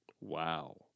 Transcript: Wow